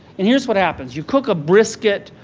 and here's what happens. you cook a brisket,